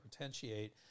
potentiate